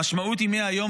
המשמעות היא שמהיום,